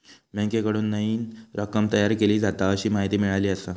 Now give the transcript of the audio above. बँकेकडून नईन रक्कम तयार केली जाता, अशी माहिती मिळाली आसा